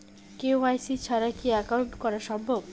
KYC ছাড়া কি account করা সম্ভব?